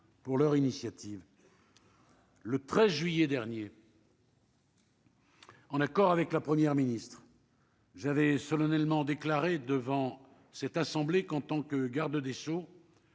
pour leur initiative le 13 juillet dernier. En accord avec la première ministre. J'avais solennellement déclaré devant cette assemblée qu'en tant que garde des sous.